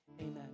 Amen